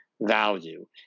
value